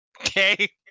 Okay